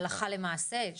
הלכה למעשה.